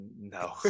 no